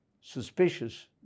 suspicious